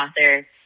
author